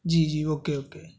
جی جی okay okay